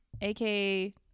AKA